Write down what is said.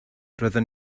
roedden